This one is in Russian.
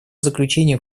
заключению